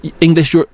English